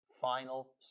final